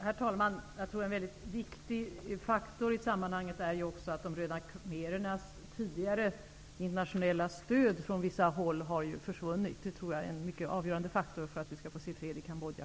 Herr talman! En viktig faktor i sammanhanget är också att de röda khmerernas tidigare internationella stöd från vissa håll har försvunnit. Det är en mycket avgörande faktor för att vi skall få se fred i Kambodja.